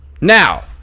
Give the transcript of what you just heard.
Now